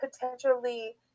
potentially